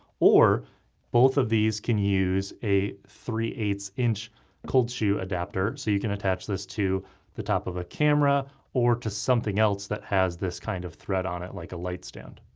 or both of these can use a three eight inch cold shoe adapter so you can attach this to the top of a camera or to something else that has this kind of thread on it like a light stand.